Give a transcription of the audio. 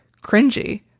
cringy